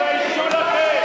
בושה.